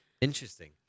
Interesting